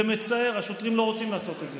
זה מצער, השוטרים לא רוצים לעשות את זה,